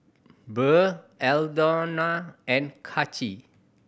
Burr Aldona and Kaci